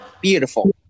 Beautiful